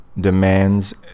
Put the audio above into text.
demands